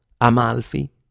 Amalfi